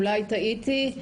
אולי טעיתי,